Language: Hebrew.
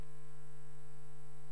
אם כן, רבותי, אנחנו ממשיכים בסדר-היום.